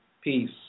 Peace